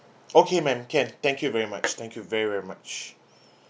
okay ma'am can thank you very much thank you very much